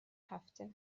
هفته